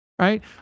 right